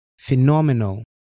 Phenomenal